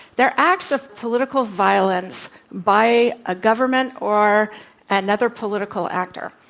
they're acts of political violence by a government or another political actor.